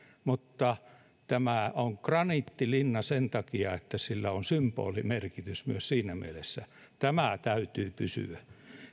mutta tämä on graniittilinna ja sillä on symbolimerkitys myös siinä mielessä tämän täytyy pysyä